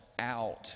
out